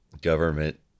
government